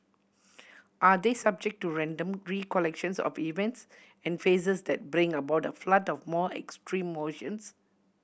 are they subject to random recollections of events and faces that bring about a flood of more extreme emotions